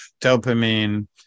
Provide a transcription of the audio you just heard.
dopamine